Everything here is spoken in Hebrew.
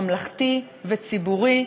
ממלכתי וציבורי,